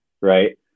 right